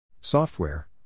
Software